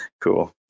Cool